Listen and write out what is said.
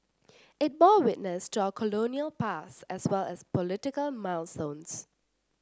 it bore witness to our colonial past as well as political milestones